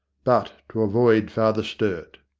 but to avoid father sturt.